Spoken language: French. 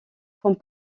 font